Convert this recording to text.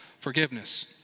forgiveness